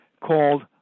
called